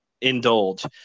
indulge